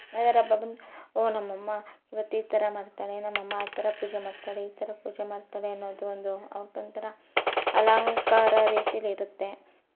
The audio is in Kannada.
ಯಾವ್ದಾದ್ರು ಹಬ್ಬ ಬಂದು ಓ ನಮ್ಮ ಅಮ್ಮ ಇವತ್ತು ಈ ಥರ ಮಾಡ್ತಾಳೆ ನಮ್ಮ ಅಮ್ಮ ಆ ಥರ ಪೂಜೆ ಮಾಡ್ತಾಳೆ ಈ ಥರ ಪೂಜೆ ಮಾಡ್ತಾಳೆ ಅನ್ನೋದು ಒಂದು ಒಂಥರ ಅಲಂಕಾರ ರೀತಿಲಿ ಇರುತ್ತೆ